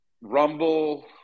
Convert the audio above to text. Rumble